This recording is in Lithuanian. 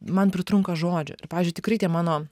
man pritrunka žodžių ir pavyzdžiui tikrai tie mano